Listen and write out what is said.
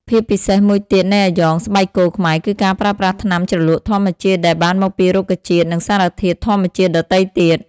ភាពពិសេសមួយទៀតនៃអាយ៉ងស្បែកគោខ្មែរគឺការប្រើប្រាស់ថ្នាំជ្រលក់ធម្មជាតិដែលបានមកពីរុក្ខជាតិនិងសារធាតុធម្មជាតិដទៃទៀត។